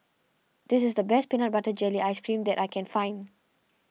this is the best Peanut Butter Jelly Ice Cream that I can find